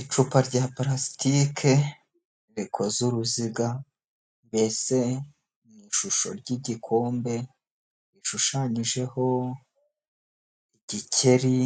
Icupa rya purasitike rikoze uruziga, mbese mu ishusho ry'igikombe, gishushanyijeho igikeri,